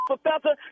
Professor